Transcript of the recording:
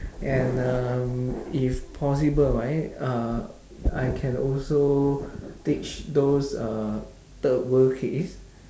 and um if possible right uh I can also teach those uh third world kids